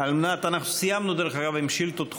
סיימנו עם שאילתות דחופות.